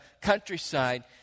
countryside